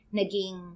naging